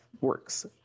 works